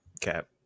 Cap